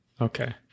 Okay